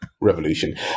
Revolution